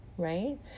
right